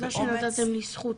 תודה שנתתם לי זכות.